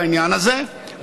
בעניין הזה,